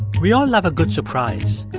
we all love a good surprise.